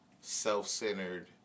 self-centered